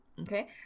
okay